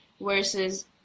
versus